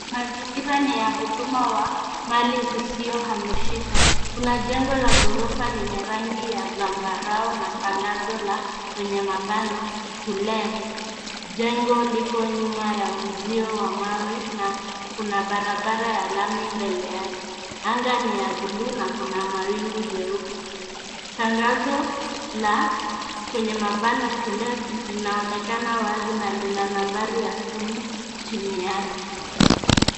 Mazingira ni ya huduma wa mali isiyohamishika. Kuna jengo la ghorofa lenye rangi ya zambarau na tangazo la kwenye mabano To Let . Jengo liko nyuma ya uzio wa mawe na kuna barabara ya lami mbele yake. Anga ni ya bluu na kuna mawingu jeupe. Tangazo la kwenye mabano To Let linaonekana wazi na lina nambari ya simu chini yake.